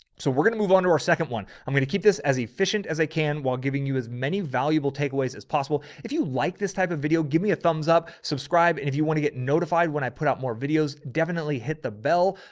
so we're going to move on to our second one. i'm going to keep this as efficient as they can while giving you as many valuable takeaways as possible. if you like this type of video, give me a thumbs up subscribe. and if you want to get notified, when i put out more videos, definitely hit the bell.